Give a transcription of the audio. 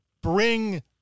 bring